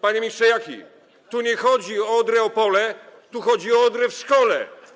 Panie ministrze Jaki, tu nie chodzi o Odrę Opole, tu chodzi o odrę w szkole.